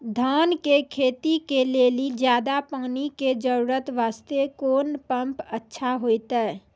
धान के खेती के लेली ज्यादा पानी के जरूरत वास्ते कोंन पम्प अच्छा होइते?